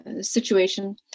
situation